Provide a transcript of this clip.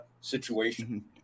situation